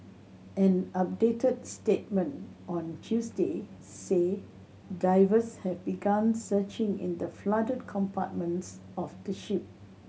an updated statement on Tuesday said divers have begun searching in the flooded compartments of the ship